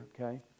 okay